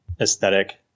aesthetic